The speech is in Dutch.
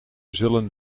zullen